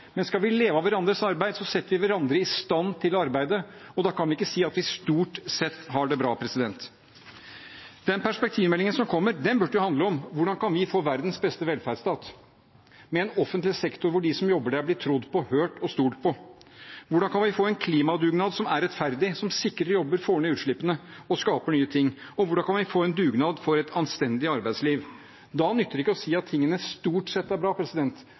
Men skal vi leve av hverandres arbeid, setter vi hverandre i stand til å arbeide, og da kan vi ikke si at vi stort sett har det bra. Den perspektivmeldingen som kommer, burde handle om hvordan vi kan få verdens beste velferdsstat, med en offentlig sektor hvor de som jobber der, blir trodd på, hørt og stolt på. Hvordan kan vi få en klimadugnad som er rettferdig, som sikrer jobber, får ned utslippene og skaper nye ting? Og hvordan kan vi få en dugnad for et anstendig arbeidsliv? Da nytter det ikke å si at tingene stort sett er bra,